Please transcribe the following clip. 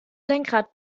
lenkrad